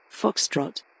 Foxtrot